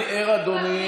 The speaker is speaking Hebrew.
ואני ער, אדוני,